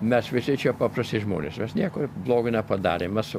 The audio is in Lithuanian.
mes visi čia paprasti žmonės mes nieko blogo nepadarėm mes